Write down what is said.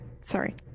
Sorry